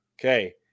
okay